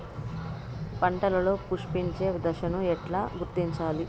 పంటలలో పుష్పించే దశను ఎట్లా గుర్తించాలి?